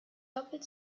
doppelt